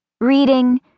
Reading